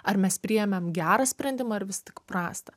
ar mes priėmėm gerą sprendimą ar vis tik prastą